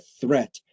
threat